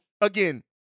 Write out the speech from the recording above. again